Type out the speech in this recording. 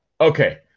okay